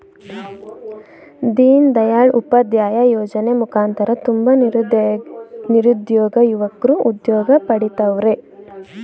ದೀನ್ ದಯಾಳ್ ಉಪಾಧ್ಯಾಯ ಯೋಜನೆ ಮುಖಾಂತರ ತುಂಬ ನಿರುದ್ಯೋಗ ಯುವಕ್ರು ಉದ್ಯೋಗ ಪಡಿತವರ್ರೆ